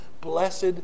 Blessed